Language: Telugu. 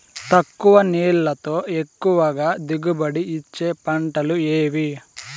తక్కువ నీళ్లతో ఎక్కువగా దిగుబడి ఇచ్చే పంటలు ఏవి?